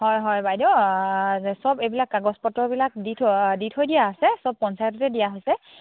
হয় হয় বাইদেউ সব এইবিলাক কাগজ পত্ৰবিলাক দি থৈ দি থৈ দিয়া আছে সব পঞ্চায়ততে দিয়া হৈছে